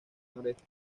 noreste